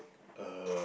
uh